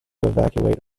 evacuate